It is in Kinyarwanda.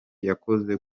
cyakozwe